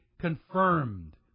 confirmed